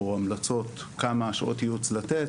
או המלצות כמה שעות ייעוץ לתת,